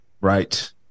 Right